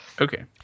Okay